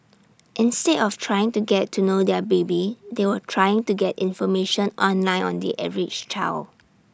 instead of trying to get to know their baby they were trying to get information online on the average child